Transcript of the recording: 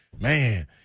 man